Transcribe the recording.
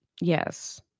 Yes